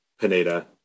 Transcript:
Pineda